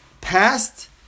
past